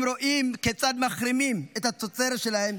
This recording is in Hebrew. הם רואים כיצד מחרימים את התוצרת שלהם,